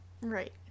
right